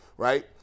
Right